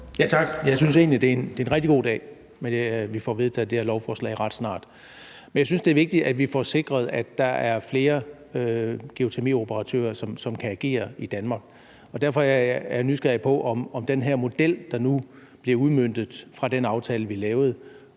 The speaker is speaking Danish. at det er en rigtig god dag, ved det at vi får vedtaget det her lovforslag ret snart. Men jeg synes, det er vigtigt, at vi får sikret, at der er flere geotermioperatører, som kan agere i Danmark, og derfor er jeg nysgerrig på, om den her model, der nu bliver udmøntet fra den aftale, vi lavede,